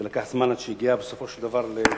ולקח זמן עד שזה הגיע בסופו של דבר לדיון,